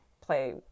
play